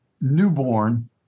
newborn